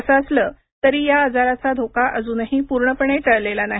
असे असले तरी या आजाराचा धोका अजूनही पूर्णपणे टळलेला नाही